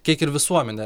kiek ir visuomenė